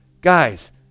guys